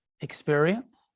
experience